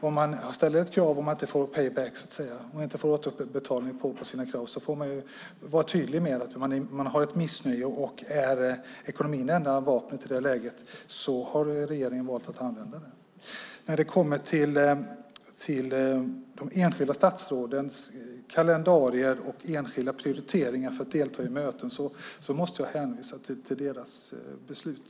Om man ställer krav och inte får återbetalning på sina krav måste man ju vara tydlig med att man är missnöjd. Om ekonomin är det enda vapnet i det läget har regeringen valt att använda det. När det kommer till de enskilda statsrådens kalendarier och enskilda prioriteringar för att delta i möten hänvisar jag till deras beslut.